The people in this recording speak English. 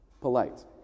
Polite